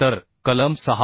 तर कलम 6